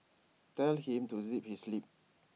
tell him to zip his lip